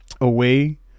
away